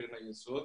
קרן היסוד,